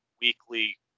Weekly